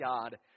God